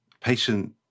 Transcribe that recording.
patient